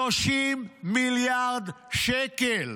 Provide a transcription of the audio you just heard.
30 מיליארד שקל.